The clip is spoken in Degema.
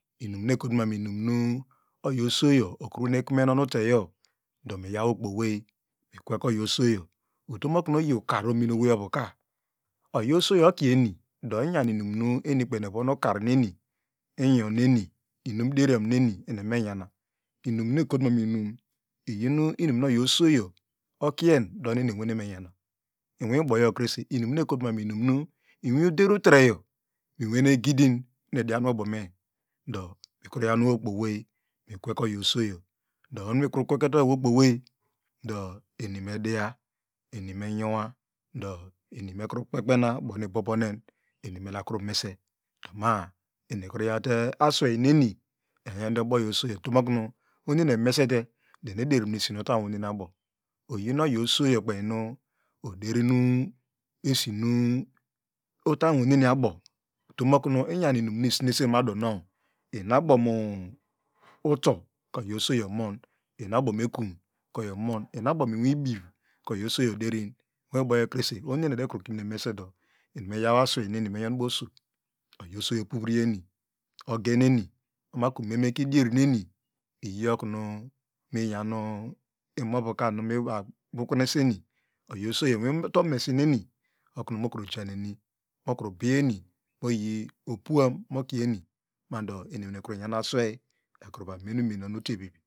Inum nu ekotumano inunnu oyi osoyo oke kurmen onutego ndo mi yaw wokpay owey mekwekoyi osoyo utomokru oyin ukar ominowey ovuka oyo osoyo okieni ndo iyan inumanu enikpey evon ukar neni inyoneni inumderian neni enievome nyama inumnu ekotwan inim do nu eni enwane menyana inwi boyo krese inumnu ekotwan inunu inwi udertreyo nwene gidin idian usome ndo nukru yaw wokpe owey ekwekogi osoyo do oho ni kwekotagi wokpen owey do enimedia enime nyowa do eni mekru kpekpena ubo nu ibobo nen enimedakurn mese ma eni kru yate asewey neni enyonde ubo oyi osoyo utomokunu oho nu eni emeste do eni ederimenu eshi nu itany won ni abo oyi oyi osoyo kpenu oderin eshinu utaynwomneni abo utomokuno inyan inum nu isnese maduno inu abo muto ka oyi osoyo omon inu abo me kun kar omon inu abo mu ivlbib ka oyi osoyo oderin inwikoyo krese oho nu eni eda kimine mese do eni meyaw aswey neni enyon ubo oso osoyo upurrueni ogeneni omakka memeke idierineni iyi okunu inyaw imovuka vukneseni otomesi neni okunu mokru janeni okru bi eni moyi opuan mo keni modo eni ekru nyan aswey ekru eva mene onu teri